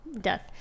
death